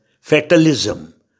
fatalism